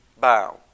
bow